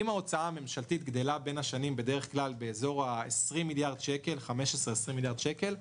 אם ההוצאה הממשלתית בדרך כלל גדלה בין השנים כ- 15-20 מיליארד שקל,